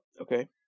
Okay